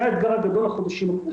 זה האתגר הגדול לחודשים הקרובים.